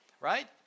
right